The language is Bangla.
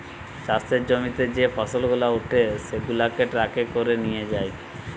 চাষের জমিতে যে ফসল গুলা উঠে সেগুলাকে ট্রাকে করে নিয়ে যায়